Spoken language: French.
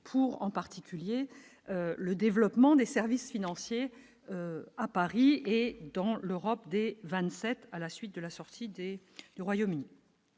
pour, en particulier le développement des services financiers à Paris et dans l'Europe des 27 à la suite de la sortie dès le Royaume-Uni